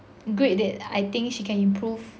grade that I think she can improve